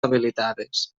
habilitades